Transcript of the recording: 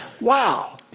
Wow